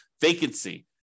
vacancy